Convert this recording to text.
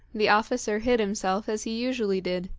the officer hid himself as he usually did.